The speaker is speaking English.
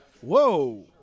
Whoa